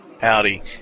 Howdy